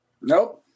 Nope